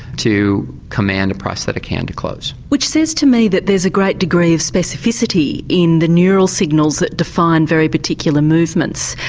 to command a prosthetic hand to close. which says to me that there's a great degree of specificity in the neural signals that define very particular movements.